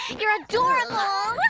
you're adorable! ah